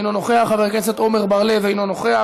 אינו נוכח,